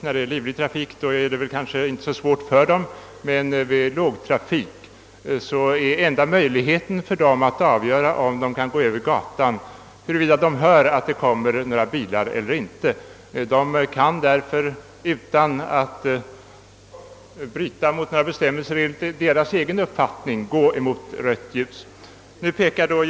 Vid livlig trafik är det kanske inte så svårt för dem i det här avseendet, men under lågtrafik är enda möjligheten för dem att avgöra huruvida de kan gå över gatan, att höra efter om några bilar kommer eller inte. Det kan därför inträffa att de utan att enligt sin egen uppfattning bryta mot några bestämmelser går mot rött ljus.